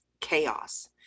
chaos